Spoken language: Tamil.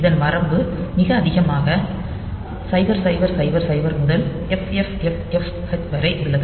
இதன் வரம்பு மிக அதிகமாக 0000 முதல் FFFFh வரை உள்ளது